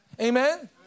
Amen